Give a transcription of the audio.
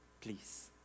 please